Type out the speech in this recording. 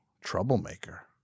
Troublemaker